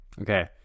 Okay